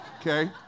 Okay